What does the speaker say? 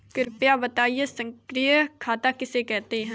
कृपया बताएँ सक्रिय खाता किसे कहते हैं?